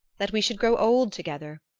that we should grow old together.